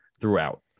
throughout